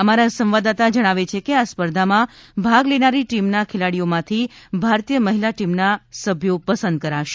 અમારા સંવાદદાતા જણાવે છે કે આ સ્પર્ધામાં ભાગ લેનારી ટીમના ખેલાડીઓમાંથી ભારતીય મહિલા ટીમના સભ્યો પસંદ કરાશે